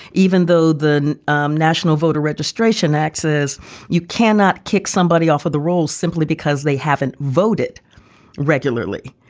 even though the um national voter registration act says you cannot kick somebody off of the rolls simply because they haven't voted regularly.